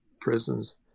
prisons